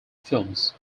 films